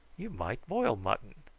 you might boil mutton.